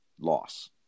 loss